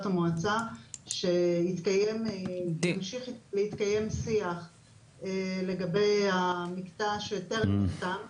המועצה שיתקיים שיח לגבי המקטע שטרם נחתם.